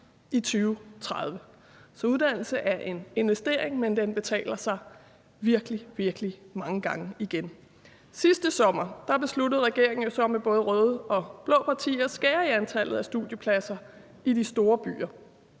i 2030. Så uddannelse er en investering, men den betaler sig virkelig, virkelig mange gange igen. Sidste sommer besluttede regeringen jo så med både røde og blå partier at skære i antallet af studiepladser i de store byer,